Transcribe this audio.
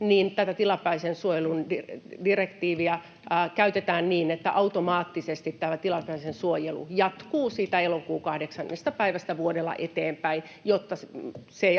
niin tätä tilapäisen suojelun direktiiviä käytetään niin, että automaattisesti tämä tilapäinen suojelu jatkuu elokuun 8. päivästä vuodella eteenpäin, jotta se ei